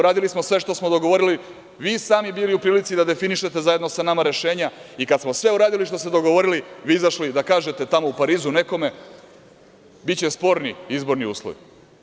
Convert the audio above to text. Učestvovali u tome, uradili sve što smo dogovorili, vi sami bili u prilici da definišete zajedno sa nama rešenja i kada smo sve uradili što smo dogovorili, vi izašli da kažete tamo u Parizu nekome – biće sporni izborni uslovi.